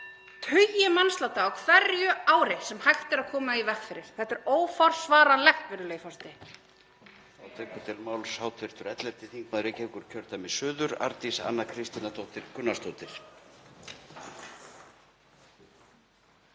tugi mannsláta á hverju ári sem hægt er að koma í veg fyrir. Þetta er óforsvaranlegt, virðulegi forseti.